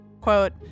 Quote